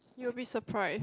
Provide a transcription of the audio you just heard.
you will be surprised